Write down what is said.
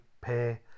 pay